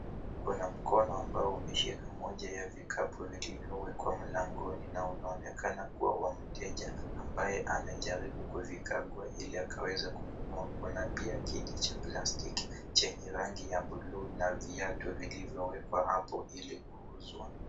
Kuna mkono ambao umeshika moja ya vikapu vilivyowekwa mlangoni na unaonekana kuwa wa mteja ambaye anajaribu kuzikagua ili akaweze kununua. Kuna pia kiti cha plastiki chenye rangi ya bluu na viatu vilivyowekwa hapo ili kuuzwa.